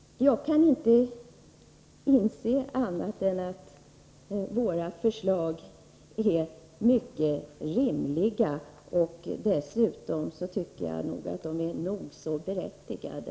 Jag kan inte inse annat än att våra förslag är mycket rimliga. Dessutom tycker jag att de är nog så berättigade.